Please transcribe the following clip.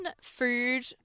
food